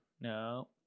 no